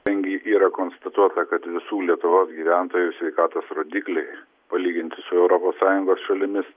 kadangi yra konstatuota kad visų lietuvos gyventojų sveikatos rodikliai palyginti su europos sąjungos šalimis